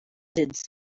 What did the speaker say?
its